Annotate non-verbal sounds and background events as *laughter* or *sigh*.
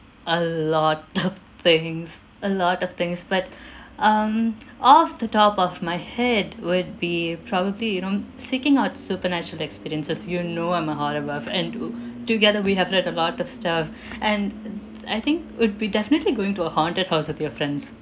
a lot *laughs* of things a lot of things but um off the top of my head would be probably you know seeking out supernatural experiences you know I'm a horror buff and oo together we have read a lot of stuff and *noise* I think would be definitely going to a haunted house with your friends